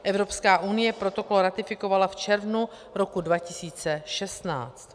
Evropská unie protokol ratifikovala v červnu roku 2016.